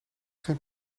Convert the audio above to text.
geen